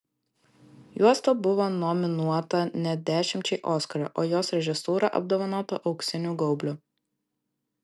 juosta buvo nominuota net dešimčiai oskarų o jos režisūra apdovanota auksiniu gaubliu